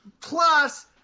Plus